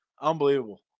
unbelievable